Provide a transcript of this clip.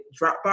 dropbox